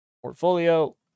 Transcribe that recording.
portfolio